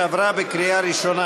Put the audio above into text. עברה בקריאה ראשונה